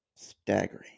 staggering